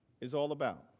is all about.